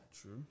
True